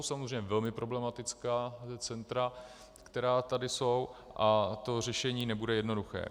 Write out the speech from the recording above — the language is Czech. Jsou samozřejmě velmi problematická centra, která tady jsou, a řešení nebude jednoduché.